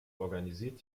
organisiert